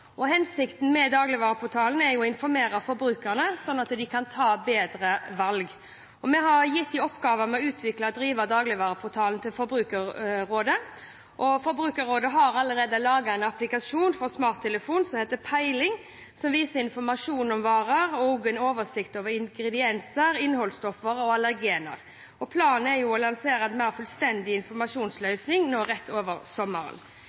Hensikten med dagligvareportalen er å informere forbrukerne, slik at de kan ta bedre valg. Vi har gitt oppgaven med å utvikle og drive dagligvareportalen til Forbrukerrådet. Forbrukerrådet har allerede laget en applikasjon for smarttelefon som heter Peiling, som viser informasjon om varene – en oversikt over ingredienser, innholdsstoffer og allergener. Planen er å lansere en mer fullstendig informasjonsløsning rett over sommeren.